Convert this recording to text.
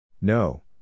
No